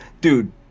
Dude